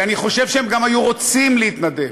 ואני חושב שהם גם היו רוצים להתנדב.